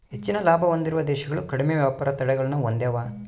ಹೆಚ್ಚಿನ ಲಾಭ ಹೊಂದಿರುವ ದೇಶಗಳು ಕಡಿಮೆ ವ್ಯಾಪಾರ ತಡೆಗಳನ್ನ ಹೊಂದೆವ